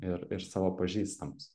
ir ir savo pažįstamus